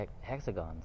hexagons